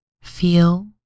feel